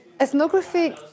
Ethnography